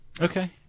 Okay